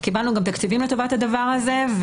קיבלנו גם תקציבים לטובת הדבר הזה.